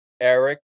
Eric